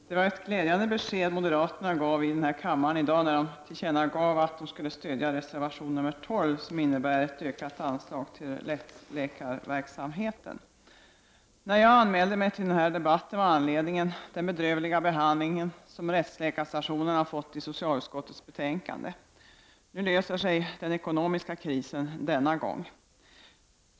Herr talman! Det var ett glädjande besked moderaterna gav i denna kammare i dag när de tillkännagav att de skulle stödja reservation nr 12, som innebär ett ökat anslag till rättsläkarverksamheten. När jag anmälde mig till denna debatt var anledningen den bedrövliga behandling som rättsläkarstationerna fått i socialutskottets betänkande. Nu löser sig den ekonomiska krisen denna gång.